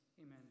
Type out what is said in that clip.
Amen